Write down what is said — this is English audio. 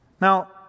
Now